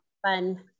fun